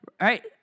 right